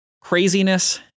craziness